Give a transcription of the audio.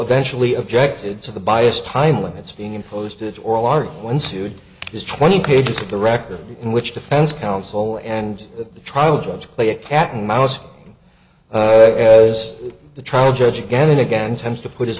eventually objected to the bias time limits being imposed it or a large one sued because twenty pages of the record in which defense counsel and the trial judge play a cat and mouse as the trial judge again and again tends to put as